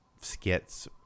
skits